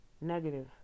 negative